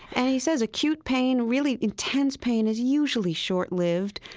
and he says acute pain, really intense pain is usually short-lived.